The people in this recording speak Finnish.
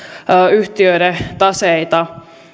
yhtiöiden taseita